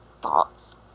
thoughts